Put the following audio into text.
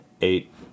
eight